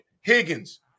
Higgins